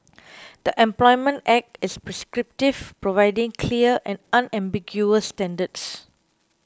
the Employment Act is prescriptive providing clear and unambiguous standards